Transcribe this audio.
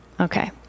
okay